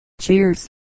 Cheers